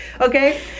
okay